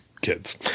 kids